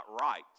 right